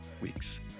weeks